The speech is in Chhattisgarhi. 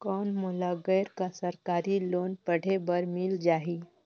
कौन मोला गैर सरकारी लोन पढ़े बर मिल जाहि?